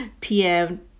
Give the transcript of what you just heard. PM